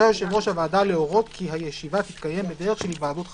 רשאי יושב ראש הוועדה להורות כי הישיבה תתקיים בדרך של היוועדות חזותית.